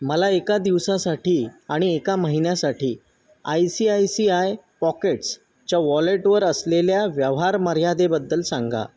मला एका दिवसासाठी आणि एका महिन्यासाठी I C I C I pockets च्या वॉलेटवर असलेल्या व्यवहार मर्यादेबद्दल सांगा